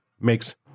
makes